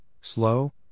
slow